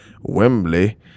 Wembley